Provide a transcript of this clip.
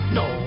no